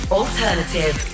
alternative